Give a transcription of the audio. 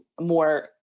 more